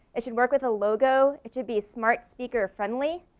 it should work with a logo, it should be smart speaker friendly.